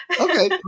okay